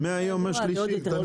זה עוד יותר טוב.